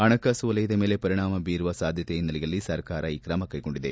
ಹಣಕಾಸು ವಲಯದ ಮೇಲೆ ಪರಿಣಾಮ ಬೀರುವ ಸಾಧ್ಯತೆ ಹಿನ್ನೆಲೆಯಲ್ಲಿ ಸರ್ಕಾರ ಈ ಕ್ರಮ ಕೈಗೊಂಡಿದೆ